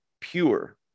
pure